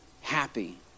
happy